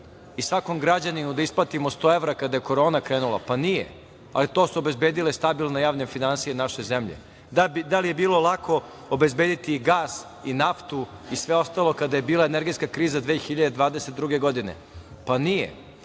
i svakom građaninu da isplatimo sto evra kada je korona krenula? Pa, nije, ali to su obezbedile stabilne javne finansije naše zemlje. Da li je bilo lako obezbediti gas i naftu i sve ostalo kada je bila energetska kriza 2022. godine? Pa, nije.